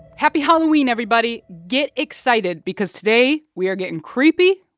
happy halloween, everybody. get excited because today we are getting creepy,